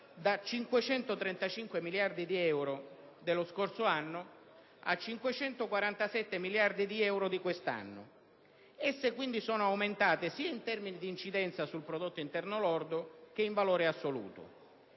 da 535 miliardi di euro dello scorso anno a 547 miliardi di euro di quest'anno. Esse quindi sono aumentate sia in termini di incidenza sul prodotto interno lordo che in valore assoluto.